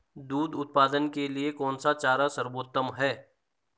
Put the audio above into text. दूध उत्पादन के लिए कौन सा चारा सर्वोत्तम है?